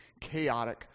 chaotic